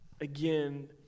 again